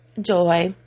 joy